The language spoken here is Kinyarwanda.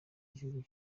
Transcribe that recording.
igihugu